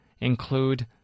include